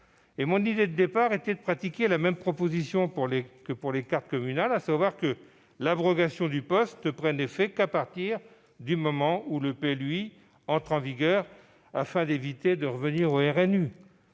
Mon idée de départ était de faire la même proposition que pour les cartes communales : préciser que l'abrogation du POS ne prendrait effet qu'à partir du moment où le PLUi entrerait en vigueur, afin d'éviter de revenir au RNU.